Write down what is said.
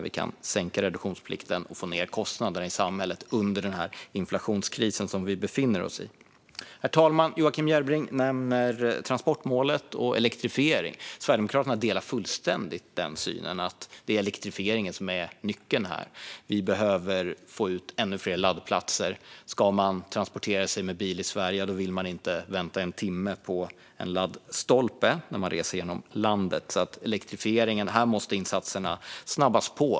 Vi kan sänka reduktionsplikten och få ned kostnaderna i samhället under den inflationskris som vi befinner oss i. Herr talman! Joakim Järrebring nämner transportmålet och elektrifiering. Sverigedemokraterna delar fullständigt synen att det är elektrifieringen som är nyckeln här. Vi behöver få ut ännu fler laddplatser. Ska man transportera sig med bil i Sverige vill man inte vänta en timme på en laddstolpe när man reser genom landet. När det gäller elektrifieringen måste insatserna snabbas på.